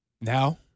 Now